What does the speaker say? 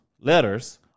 letters